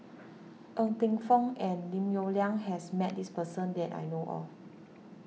Ng Teng Fong and Lim Yong Liang has met this person that I know of